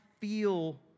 feel